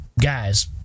guys